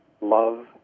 love